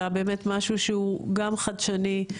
אלא למשהו שהוא גם חדשני.